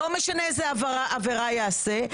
לא משנה איזו עבירה יעשה,